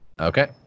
Okay